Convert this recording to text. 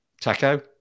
Taco